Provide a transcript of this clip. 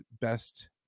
best